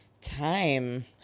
time